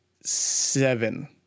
seven